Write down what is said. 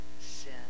Sin